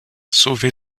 sauvé